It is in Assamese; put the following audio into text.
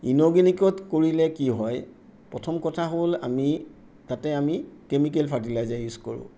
ইনঅৰ্গেনিকত কৰিলে কি হয় প্ৰথম কথা হ'ল আমি তাতে আমি কেমিকেল ফাৰ্টিলাইজাৰ ইউজ কৰোঁ